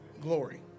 glory